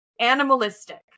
animalistic